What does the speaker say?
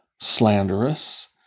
slanderous